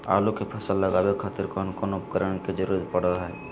आलू के फसल लगावे खातिर कौन कौन उपकरण के जरूरत पढ़ो हाय?